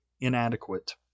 inadequate